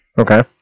Okay